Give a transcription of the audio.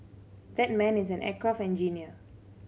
that man is an aircraft engineer